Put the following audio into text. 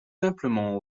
simplement